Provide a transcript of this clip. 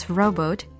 robot